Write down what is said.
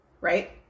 right